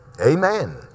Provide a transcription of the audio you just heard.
Amen